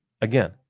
Again